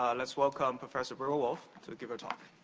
um let's welcome professor berger-wolf to give her talk.